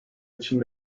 için